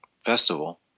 festival